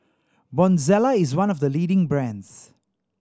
Bonjela is one of the leading brands